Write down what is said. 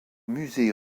musée